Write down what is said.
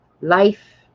Life